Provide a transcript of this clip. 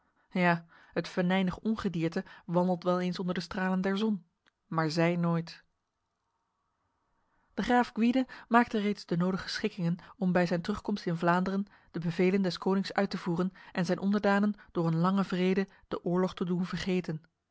ja het venijnig ongedierte wandelt wel eens onder de stralen der zon maar zij nooit de graaf gwyde maakte reeds de nodige schikkingen om bij zijn terugkomst in vlaanderen de bevelen des konings uit te voeren en zijn onderdanen door een lange vrede de oorlog te doen vergeten